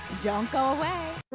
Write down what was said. don't go away.